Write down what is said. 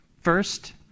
First